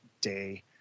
Day